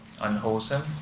unwholesome